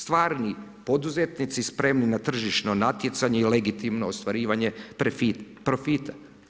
Stvarni poduzetnici spremni na tržišno natjecanje i legitimno ostvarivanje profita.